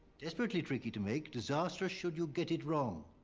desperately tricky to make, disastrous should you get it wrong.